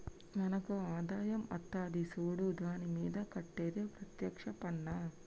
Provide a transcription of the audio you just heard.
మనకు ఆదాయం అత్తది సూడు దాని మీద కట్టేది ప్రత్యేక్ష పన్నా